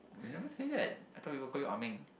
you never say that I thought people call you Ah Meng